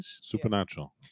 Supernatural